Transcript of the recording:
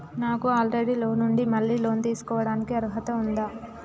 నాకు already loan ఉండి మళ్ళీ లోన్ తీసుకోవడానికి అర్హత ఉందా?